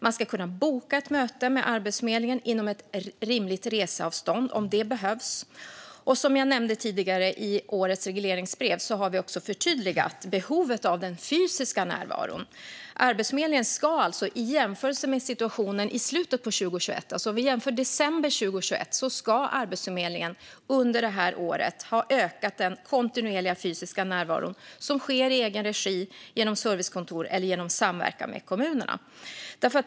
Man ska kunna boka ett möte med Arbetsförmedlingen inom ett rimligt reseavstånd om det behövs. Som jag nämnde tidigare har vi i årets regleringsbrev förtydligat behovet av den fysiska närvaron. Arbetsförmedlingen ska i jämförelse med situationen i december 2021 under det här året ha ökat den kontinuerliga fysiska närvaron som sker i egen regi genom servicekontor eller genom samverkan med kommunerna.